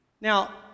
Now